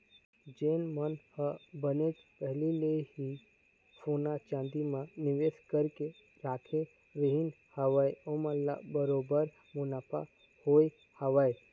जेन मन ह बनेच पहिली ले ही सोना चांदी म निवेस करके रखे रहिन हवय ओमन ल बरोबर मुनाफा होय हवय